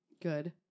Good